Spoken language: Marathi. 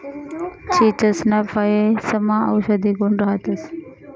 चीचसना फयेसमा औषधी गुण राहतंस